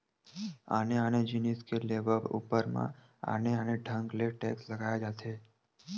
आने आने जिनिस के लेवब ऊपर म आने आने ढंग ले टेक्स लगाए जाथे